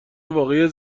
واقعی